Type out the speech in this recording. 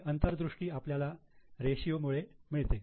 ही अंतर्दृष्टी आपल्याला रेषीयो मुळे मिळते